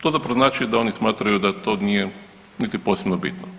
To zapravo znači da oni smatraju da to nije niti posebno bitno.